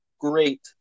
great